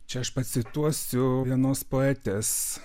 čia aš pacituosiu vienos poetės